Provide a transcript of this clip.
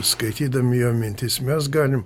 skaitydami jo mintis mes galim